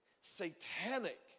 satanic